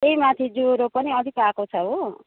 त्यही माथि ज्वरो पनि अलिक आएको छ हो